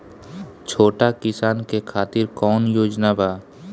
छोटा किसान के खातिर कवन योजना बा?